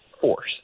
force